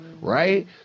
right